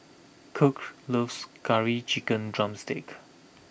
Kirk loves Curry Chicken Drumstick